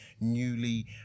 newly